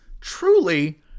truly